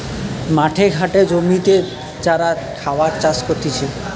মাঠে ঘাটে জমিতে যারা খাবার চাষ করতিছে